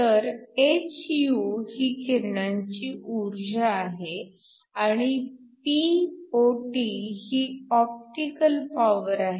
तर hυ ही किरणांची ऊर्जा आहे आणि Pot ही ऑप्टिकल पॉवर आहे